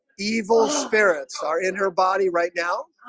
evil spirits are in her body right now